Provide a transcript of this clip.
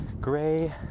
gray